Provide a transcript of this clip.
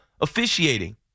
officiating